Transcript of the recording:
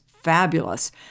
fabulous